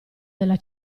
della